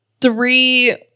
three